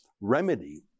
remedy